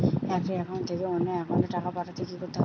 একটি একাউন্ট থেকে অন্য একাউন্টে টাকা পাঠাতে কি করতে হবে?